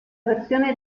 versione